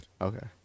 Okay